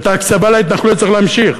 ואת ההקצבה להתנחלויות צריך להמשיך,